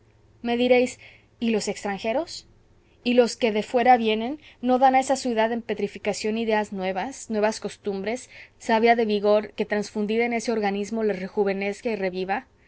me diréis y los extranjeros y los que de fuera vienen no dan a esa ciudad en petrificación ideas nuevas nuevas costumbres savia de vigor que transfundida en ese organismo le rejuvenezca y reviva